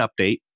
update